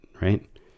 Right